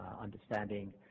understanding